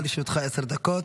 לרשותך עשר דקות.